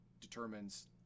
determines